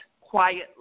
quietly